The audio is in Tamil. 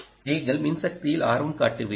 நீங்கள் மின்சக்தியில் ஆர்வம் காட்டுவீர்கள்